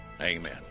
amen